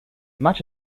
much